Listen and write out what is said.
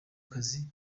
kazi